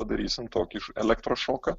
padarysim tokį elektros šoką